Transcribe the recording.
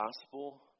gospel